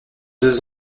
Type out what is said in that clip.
deux